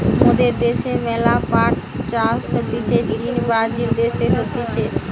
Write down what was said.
মোদের দ্যাশে ম্যালা পাট চাষ হতিছে চীন, ব্রাজিল দেশে হতিছে